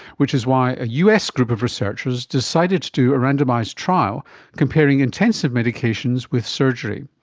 which is why a us group of researchers decided to do a randomised trial comparing intensive medications with surgery.